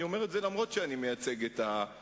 ואני אומר את זה אף שאני מייצג את הממשלה,